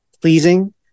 pleasing